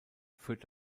führt